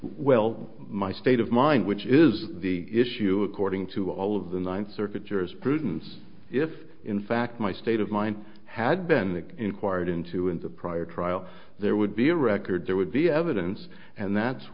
well my state of mind which is the issue courting to all of the ninth circuit jurisprudence if in fact my state of mind had been inquired into in the prior trial there would be a record there would be evidence and that